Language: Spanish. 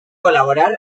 colaborar